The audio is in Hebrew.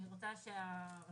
אני רוצה שהרשות,